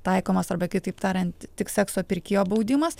taikomas arba kitaip tariant tik sekso pirkėjo baudimas